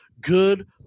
good